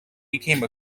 became